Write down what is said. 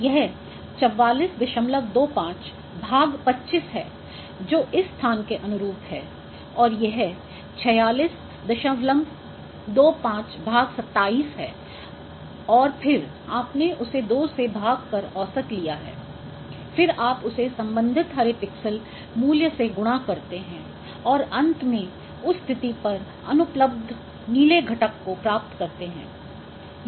यह 4425 भाग 25 है जो इस स्थान के अनुरूप है और यह 4625 भाग 27 है और फिर आपने उसे 2 से भाग कर औसत लिया है फिर आप उसे सम्बंधित हरे पिक्सेल मूल्य से गुणा करते हैं और अंत में उस स्थिति पर अनुपलब्ध नीले घटक को प्राप्त करते हैं